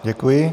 Děkuji.